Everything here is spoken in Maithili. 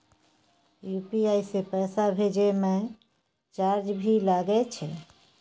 यु.पी.आई से पैसा भेजै म चार्ज भी लागे छै?